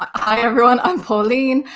hi, everyone. i'm pauline.